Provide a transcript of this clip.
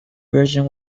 version